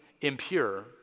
impure